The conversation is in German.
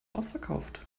ausverkauft